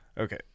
okay